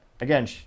again